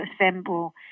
assemble